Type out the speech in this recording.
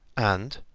and,